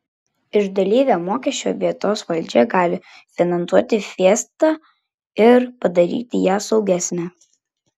iš dalyvio mokesčio vietos valdžia gali finansuoti fiestą ir padaryti ją saugesnę